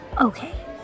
Okay